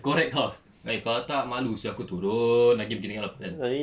correct house eh kalau tak malu sia aku turun lagi pergi tingkat lapan